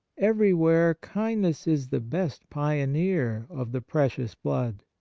everywhere kind ness is the best pioneer of the precious blood.